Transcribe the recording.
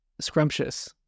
scrumptious